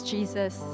Jesus